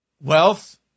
wealth